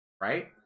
right